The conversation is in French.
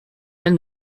elle